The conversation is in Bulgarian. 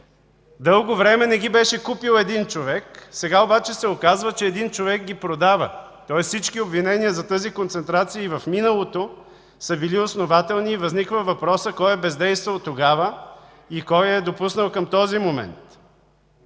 Дълго време не ги беше купил един човек, сега обаче се оказва, че един човек ги продава, тоест, всички тези обвинения за тази концентрация и в миналото са били основателни и възниква въпросът: кой е бездействал тогава и кой го е допуснал към този момент?